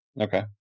Okay